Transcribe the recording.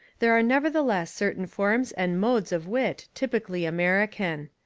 there are nevertheless certain forms and modes of wit typically american.